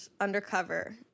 undercover